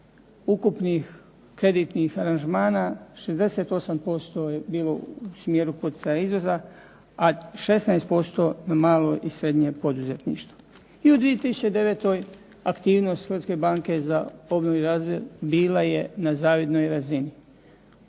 ukupnih kreditnih aranžmana 68% je bilo u smjeru poticaja izvoza, a 16% malo i srednje poduzetništvo. I u 2009. aktivnost Hrvatske banke za obnovu i razvoj bila je na zavidnoj razini.